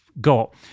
got